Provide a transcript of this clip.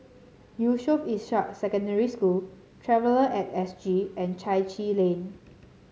Yusof Ishak Secondary School Traveller at S G and Chai Chee Lane